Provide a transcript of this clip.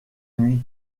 nuit